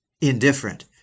indifferent